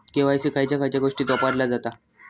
KYC खयच्या खयच्या गोष्टीत वापरला जाता?